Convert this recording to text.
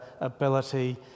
ability